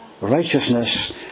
righteousness